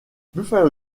buffalo